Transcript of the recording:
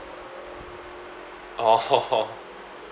orh hor hor